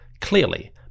Clearly